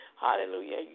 Hallelujah